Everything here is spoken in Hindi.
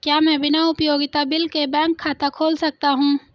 क्या मैं बिना उपयोगिता बिल के बैंक खाता खोल सकता हूँ?